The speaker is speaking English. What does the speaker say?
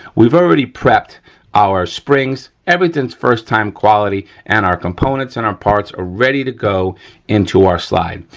we've already prepped our springs. everything's first time quality and our components and our parts are ready to go into our slide.